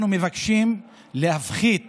הוא להפחית